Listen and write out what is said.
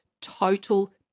total